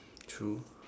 true